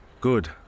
Good